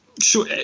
Sure